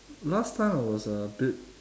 last time I was a bit